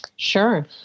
Sure